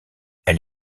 elle